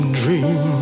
dream